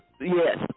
Yes